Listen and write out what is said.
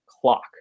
clock